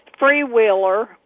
freewheeler